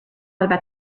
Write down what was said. about